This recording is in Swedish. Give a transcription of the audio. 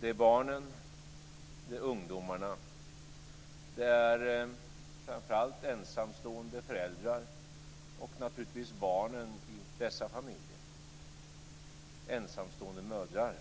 Det är barnen, ungdomarna och framför allt ensamstående föräldrar, och naturligtvis barnen i dessa familjer. Det är i första hand ensamstående mödrar.